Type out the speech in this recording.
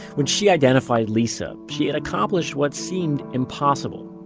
when she identified lisa, she had accomplished what seemed impossible.